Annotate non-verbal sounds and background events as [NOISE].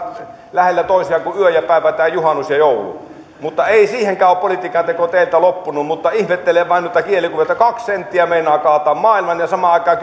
lähellä tosiaan kuin yö ja päivä tai juhannus ja joulu mutta ei siihenkään ole politiikan teko teiltä loppunut ihmettelen vain noita kielikuvia että kaksi senttiä meinaa kaataa maailman ja samaan aikaan [UNINTELLIGIBLE]